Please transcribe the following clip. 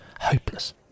Hopeless